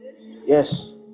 Yes